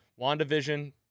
WandaVision